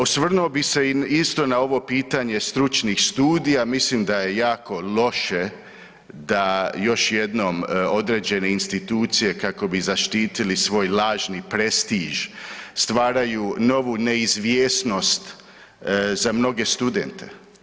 Osvrnuo bi se isto na ovo pitanje stručnih studija, mislim da je jako loše da još jednom određene institucije kako bi zaštitili svoj lažni prestiž stvaraju novu neizvjesnost za mnoge studente.